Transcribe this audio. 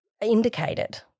indicated